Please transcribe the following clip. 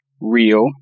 real